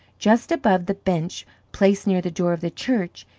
just above the bench placed near the door of the church,